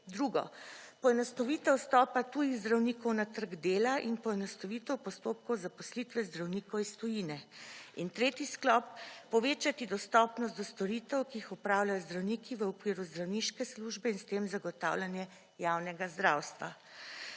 Drugo. Poenostavitev vstopa tujih zdravnikov na trg dela in poenostavitev postopkov zaposlitve zdravnikov iz tujine. In tretji sklop. Povečati dostopnost do storitev, ki jih opravljajo zdravniki v okviru zdravniške službe in s tem zagotavljanje javnega zdravstva.